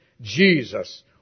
Jesus